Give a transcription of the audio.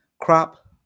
crop